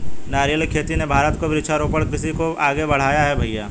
नारियल की खेती ने भारत को वृक्षारोपण कृषि को आगे बढ़ाया है भईया